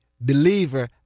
believer